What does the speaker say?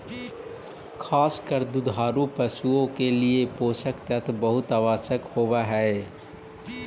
खास कर दुधारू पशुओं के लिए पोषक तत्व बहुत आवश्यक होवअ हई